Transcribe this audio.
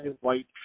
white